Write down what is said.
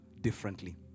differently